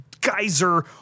geyser